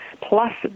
plus